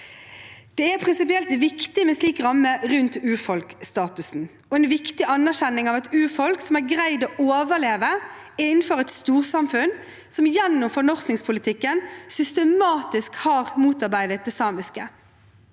Det er prinsipielt viktig med en slik ramme rundt urfolksstatusen, og det er en viktig anerkjenning av et urfolk som har greid å overleve innenfor et storsamfunn som gjennom fornorskningspolitikken systematisk har motarbeidet det samiske.